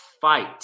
fight